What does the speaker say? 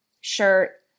shirt